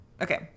Okay